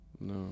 No